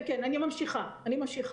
אני ממשיכה.